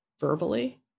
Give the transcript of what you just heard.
verbally